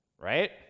Right